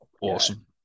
awesome